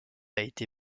été